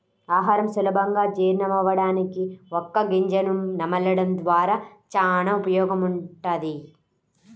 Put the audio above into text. ఆహారం సులభంగా జీర్ణమవ్వడానికి వక్క గింజను నమలడం ద్వారా చానా ఉపయోగముంటది